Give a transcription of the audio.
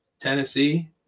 Tennessee